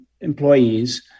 employees